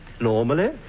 normally